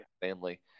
family